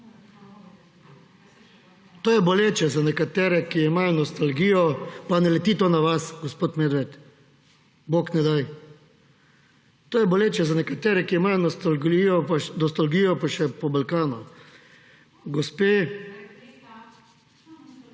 To je boleče za nekatere, ki imajo nostalgijo. Pa ne leti to na vas, gospod Medved, bog ne daj. To je boleče za nekatere, ki imajo nostalgijo po Balkanu. Gospe